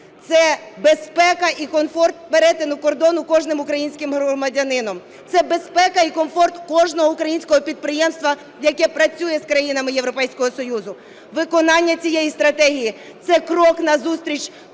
це безпека і комфорт перетину кордону кожним українським громадянином, це безпека і комфорт кожного українського підприємства, яке працює з країнами Європейського Союзу. Виконання цієї стратегії – це крок назустріч